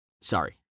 Sorry